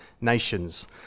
nations